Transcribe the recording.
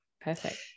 perfect